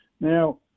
now